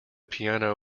piano